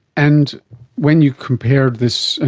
and when you compared this,